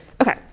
Okay